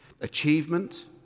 achievement